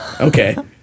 okay